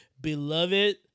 beloved